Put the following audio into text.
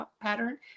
pattern